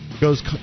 goes